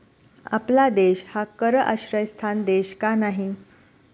आपला देश हा कर आश्रयस्थान देश का नाही?